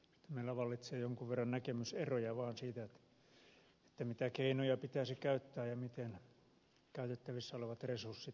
meillä vaan vallitsee jonkun verran näkemyseroja siitä mitä keinoja pitäisi käyttää ja miten käytettävissä olevat resurssit tulisi kohdentaa